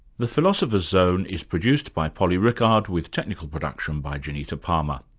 the philosopher's zone is produced by polly rickard with technical production by janita palmer.